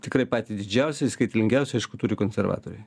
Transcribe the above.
tikrai patį didžiausią skaitlingiausią aišku turi konservatoriai